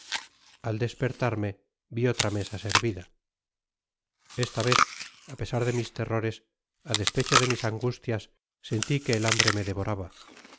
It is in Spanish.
al despertarme vi otra mesa servida esta vez á pesar de mis terrores á despecho de mis angustias senti que el hambre me devoraba